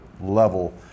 level